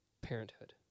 parenthood